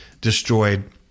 destroyed